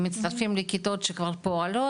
הם מצטרפים לכיתות שכבר פועלות,